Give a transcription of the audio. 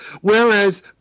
Whereas